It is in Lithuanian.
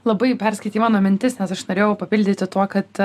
labai perskaitei mano mintis nes aš norėjau papildyti tuo kad